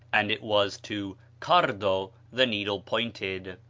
and it was to cardo the needle pointed.